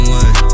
one